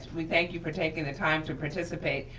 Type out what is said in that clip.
we thank you for taking the time to participate.